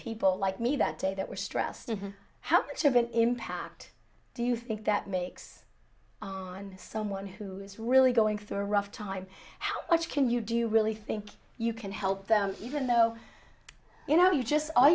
people like me that day that were stressed how much of an impact do you think that makes on someone who's really going through a rough time how much can you do you really think you can help them even though you know you just a